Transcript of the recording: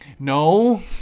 No